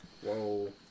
Whoa